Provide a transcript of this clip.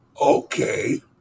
Okay